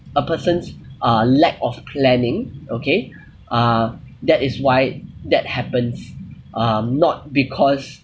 a person's uh lack of planning okay uh that is why that happens um not because